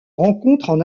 rencontrent